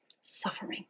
suffering